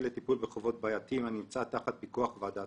אני מתכבד לפתוח את ישיבת ועדת